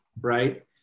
right